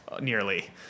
nearly